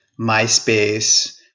MySpace